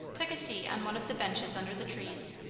took a seat on one of the benches under the trees,